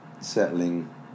settling